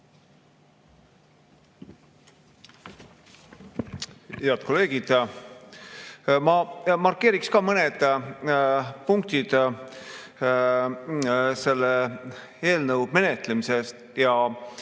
Head kolleegid! Ma markeeriksin ka mõned punktid selle eelnõu menetlemisest ja